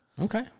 Okay